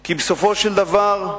כי בסופו של דבר,